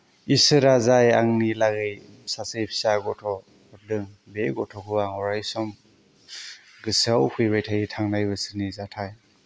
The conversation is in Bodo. इसोरा जाय आंनि लागै सासे फिसा गथ' हरदों बे गथ'खौ आं अरायसम गोसोआव फैबाय थायो थांनाय बोसोरनि जाथाय